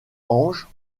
anges